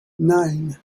nine